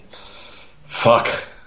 fuck